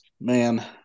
man